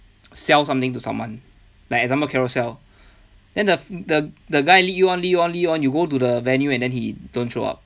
sell something to someone like example carousell then the the the guy lead you on lead you on lead you on then you go to the venue and then he don't show up